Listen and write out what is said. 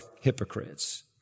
hypocrites